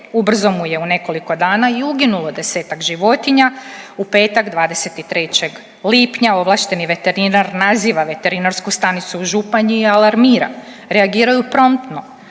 Ubrzo mu je u nekoliko dana i uginulo desetak životinja, u petak 23. lipnja ovlašteni veterinar naziva veterinarsku stanicu u Županji alarmira. Reagiraju promptno,